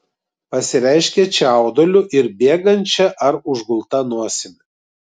pasireiškia čiauduliu ir bėgančia ar užgulta nosimi